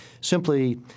simply—